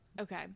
okay